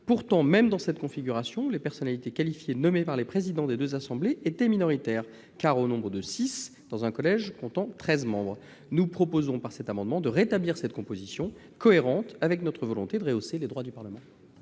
Pourtant, même dans cette configuration, les personnalités qualifiées nommées par les présidents des deux assemblées étaient minoritaires, au nombre de six dans un collège comptant treize membres. Nous proposons, par cet amendement, de rétablir cette composition, cohérente avec notre volonté de rehausser les droits du Parlement.